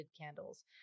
candles